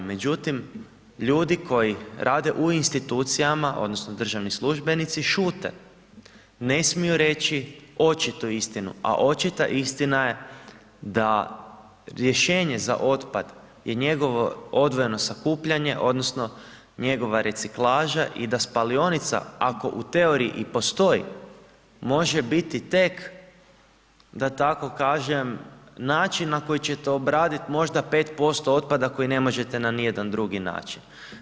Međutim, ljudi koji rade u institucijama odnosno državni službenici šute, ne smiju reći očitu istinu, a očita istina je da rješenje za otpad i njegovo odvojeno sakupljanje odnosno njegova reciklaža i da spalionica ako u teoriji i postoji može biti tek da tako kažem način na koji ćete obradit možda 5% otpada koji ne možete na ni jedan drugi način.